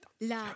la